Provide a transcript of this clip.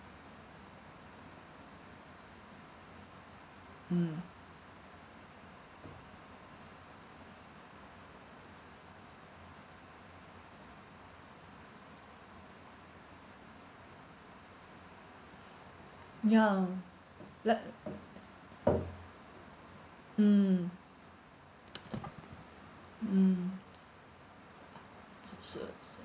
mm ya like uh mm mm